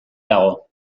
dago